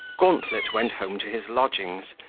gauntlet went home to his lodgings,